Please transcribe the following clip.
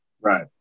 right